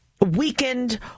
weakened